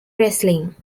wrestling